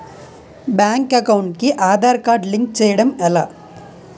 Bank account కి Aadhaar card link చేయడం ఎలా?